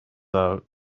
out